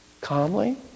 calmly